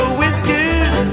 whiskers